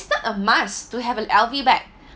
it's not a must to have an L_V bag